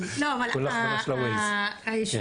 כולל כל ההכוונות של הווייז.